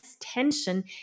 tension